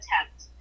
attempt